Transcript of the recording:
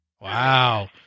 Wow